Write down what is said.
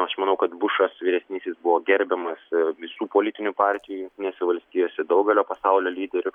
aš manau kad bušas vyresnysis buvo gerbiamas visų politinių partijų jungtinėse valstijose daugelio pasaulio lyderių